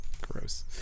gross